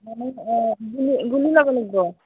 গুলি গুলি ল'বা লাগিব